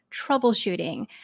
troubleshooting